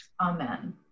Amen